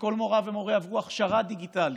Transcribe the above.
כשכל מורָה ומורֶה עברו הכשרה דיגיטלית.